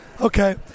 Okay